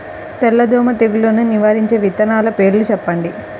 తెల్లదోమ తెగులును నివారించే విత్తనాల పేర్లు చెప్పండి?